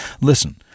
Listen